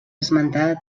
esmentada